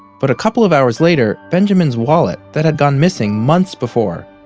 but a couple of hours later, benjamin's wallet, that had gone missing months before,